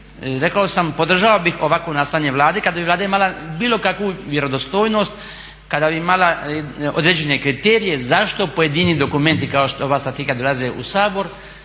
rekao sam, podržao bih ovakvo nastojanje Vlade kada bi Vlada imala bilo kakvu vjerodostojnost, kada bi imala određene kriterije zašto pojedini dokumenti kao što je ova strategija dolaze u Sabor